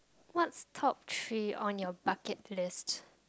what's top three on your bucket list